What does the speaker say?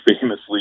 famously